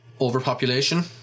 overpopulation